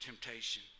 temptation